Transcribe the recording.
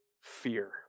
fear